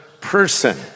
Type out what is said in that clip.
person